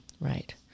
Right